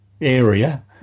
area